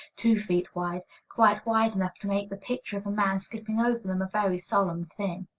two feet wide, quite wide enough to make the picture of a man skipping over them a very solemn thing.